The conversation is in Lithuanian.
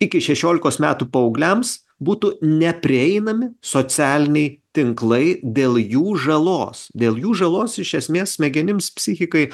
iki šešiolikos metų paaugliams būtų neprieinami socialiniai tinklai dėl jų žalos dėl jų žalos iš esmės smegenims psichikai